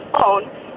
phone